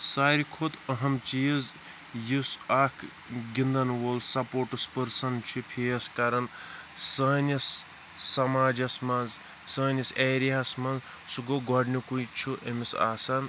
ساروی کھۄتہٕ أہم چیٖز یُس اَکھ گِنٛدَن وول سُپوٹٕس پٔرسَن چھُ فیس کَران سٲنِس سماجَس منٛز سٲنِس ایریا ہَس منٛز سُہ گوٚو گۄڈنیُکُے چھُ أمِس آسان